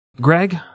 Greg